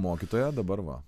mokytoja dabar va